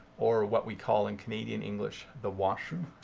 or what we call, in canadian english, the washroom.